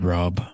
Rob